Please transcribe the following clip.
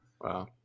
wow